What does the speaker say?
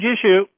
issue